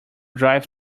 drive